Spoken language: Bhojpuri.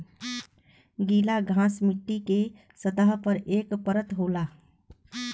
गीला घास मट्टी के सतह पर एक परत होला